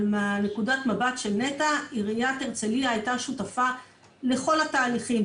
אבל מנקודת המבט של נת"ע עירית הרצליה הייתה שותפה לכל התהליכים,